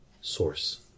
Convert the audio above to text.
source